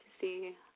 see